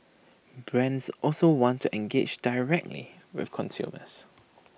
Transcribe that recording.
brands also want to engage directly with consumers